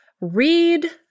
Read